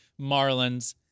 Marlins